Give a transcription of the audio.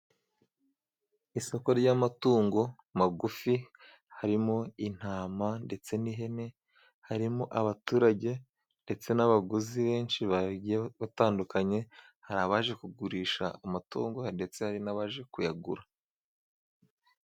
Isoko ry'amatungo magufi harimo intama ndetse n'ihene. Harimo abaturage ndetse n'abaguzi benshi bagiye batandukanye, hari abaje kugurisha amatungo ndetse hari n'abaje kuyagura.